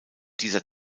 dieser